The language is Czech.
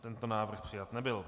Tento návrh přijat nebyl.